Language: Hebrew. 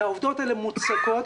והעובדות האלה מוצקות.